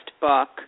book